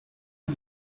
you